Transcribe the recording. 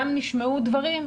גם נשמעו דברים,